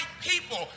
people